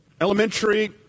elementary